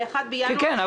מה-1 בינואר 2020 --- כן,